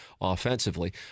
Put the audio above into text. offensively